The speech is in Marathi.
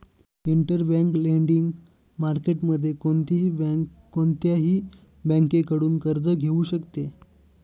इंटरबँक लेंडिंग मार्केटमध्ये कोणतीही बँक कोणत्याही बँकेकडून कर्ज घेऊ शकते का?